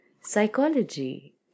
Psychology